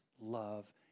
love